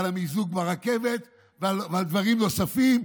על המיזוג ברכבת ועל דברים נוספים,